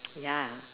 ya